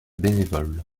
bénévoles